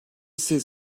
siz